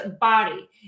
body